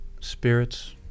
spirits